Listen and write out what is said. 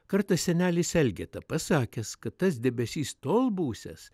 kartą senelis elgeta pasakęs kad tas debesis tol būsiąs